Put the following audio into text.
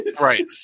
Right